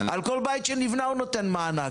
על כל בית שנבנה הוא נותן מענק.